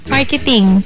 Marketing